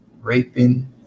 raping